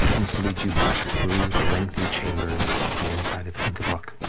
begins to lead you back through the lengthy chambers of the inside of ungebroch,